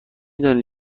دانید